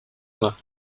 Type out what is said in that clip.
mâts